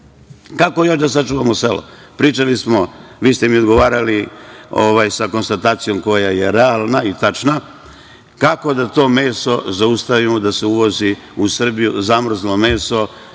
Kako još da sačuvamo selo? Pričali smo, vi ste mi odgovarali sa konstatacijom koja je realna i tačna, kako da to meso zaustavimo da se uvozi u Srbiju, zamrzlo meso,